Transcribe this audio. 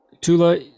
tula